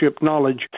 knowledge